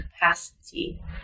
capacity